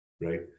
Right